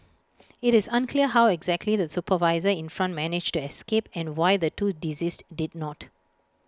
IT is unclear how exactly the supervisor in front managed to escape and why the two deceased did not